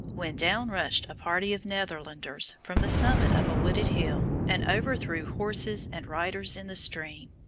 when down rushed a party of netherlanders from the summit of a wooded hill and overthrew horses and riders in the stream.